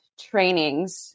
trainings